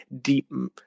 deepen